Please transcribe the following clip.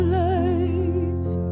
life